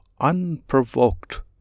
unprovoked